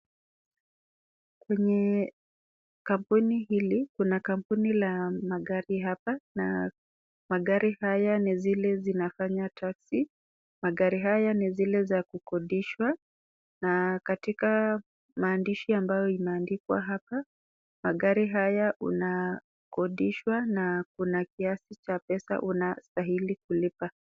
Kwenye kampuni hili, kuna kampuni la magari hapa, na magari haya ni zile zinafanya taxi . Magari haya ni zile za kukodishwa. Na katika maandishi ambayo imeandikwa hapa, magari haya unakondishwa, na kuna kiasi cha pesa unastahili kulipa.